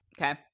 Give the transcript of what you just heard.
Okay